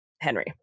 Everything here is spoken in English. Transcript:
Henry